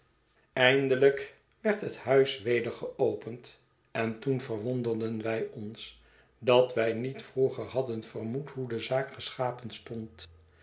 eindelijk werd het huis weder geopend en toen verwonderden wij ons dat wij niet vroeger hadden vermoed hoe de zaak geschapen stond